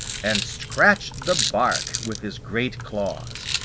and scratched the bark with his great claws.